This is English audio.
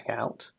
checkout